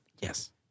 Yes